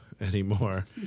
anymore